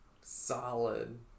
solid